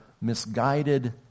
misguided